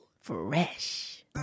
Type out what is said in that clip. fresh